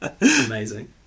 Amazing